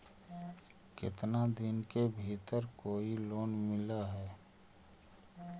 केतना दिन के भीतर कोइ लोन मिल हइ?